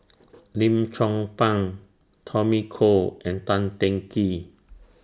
Lim Chong Pang Tommy Koh and Tan Teng Kee